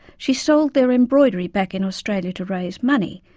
she sold their embroidery back in australia to raise money,